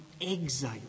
exile